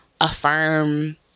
affirm